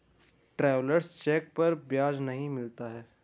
travellers cheque पर ब्याज नहीं मिलता है